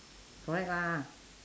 correct lah